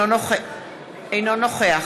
אינו נוכח